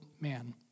man